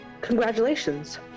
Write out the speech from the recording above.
congratulations